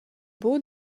buca